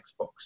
Xbox